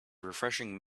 refreshing